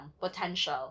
potential